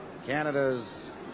Canada's